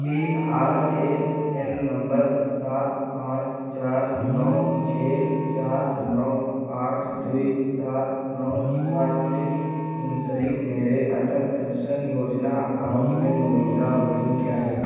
P R A N نمبر سات پانچ چار نو چھ چار نو آٹھ دو سات نو سات سے منسلک میرے اٹل پینشن یوجنا اکاؤنٹ میں موجودہ ہولڈنگ کیا ہے